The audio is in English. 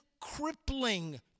crippling